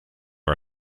our